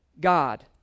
God